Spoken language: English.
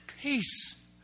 Peace